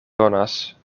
donas